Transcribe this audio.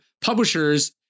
publishers